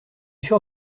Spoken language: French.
sûr